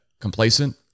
complacent